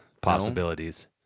possibilities